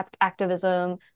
activism